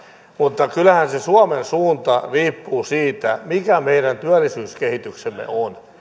mutta kyllähän se se suomen suunta riippuu siitä mikä meidän työllisyyskehityksemme on